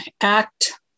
ACT